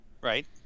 right